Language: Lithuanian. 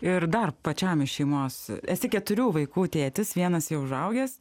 ir dar pačiam iš šeimos esi keturių vaikų tėtis vienas jau užaugęs